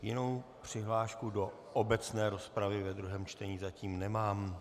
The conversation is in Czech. Jinou přihlášku do obecné rozpravy ve druhém čtení zatím nemám.